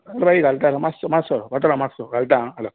पात्रांव घालतां मात्सो मात्सो पात्रांव मात्सो घालतां आ हॅलो